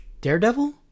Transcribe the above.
Daredevil